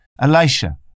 Elisha